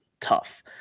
tough